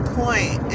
point